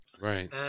Right